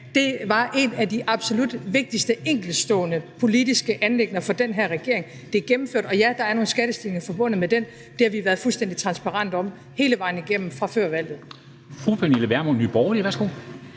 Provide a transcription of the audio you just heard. det var et af de absolut vigtigste enkeltstående politiske anliggender for den her regering. Det er gennemført, og ja, der er nogle skattestigninger forbundet med det. Det har vi været fuldstændig transparente om hele vejen igennem fra før valget.